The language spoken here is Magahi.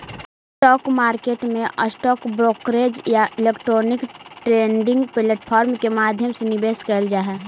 स्टॉक मार्केट में स्टॉक ब्रोकरेज या इलेक्ट्रॉनिक ट्रेडिंग प्लेटफॉर्म के माध्यम से निवेश कैल जा हइ